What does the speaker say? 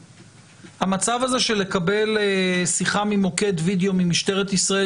המצב של קבלת שיחה ממוקד וידיאו ממשטרת ישראל